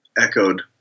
Echoed